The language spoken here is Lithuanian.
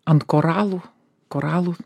ant koralų koralų